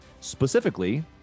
specifically